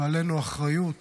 ועלינו האחריות